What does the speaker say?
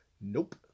Nope